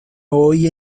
hoy